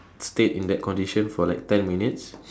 stayed in that condition for like ten minutes